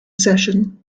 session